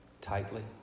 Tightly